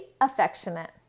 affectionate